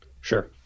Sure